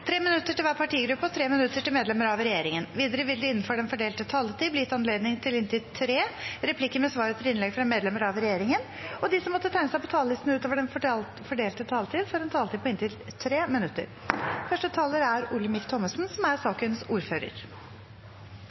tre replikker med svar etter innlegg fra medlemmer av regjeringen, og de som måtte tegne seg på talerlisten utover den fordelte taletid, får en taletid på inntil 3 minutter. Denne saken er også en midlertidig lovendring som følge av covid-19-epidemien. Dette gjelder videreføring av bestemmelser som tidligere er